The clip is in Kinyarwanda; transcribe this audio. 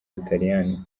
butaliyani